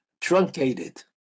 truncated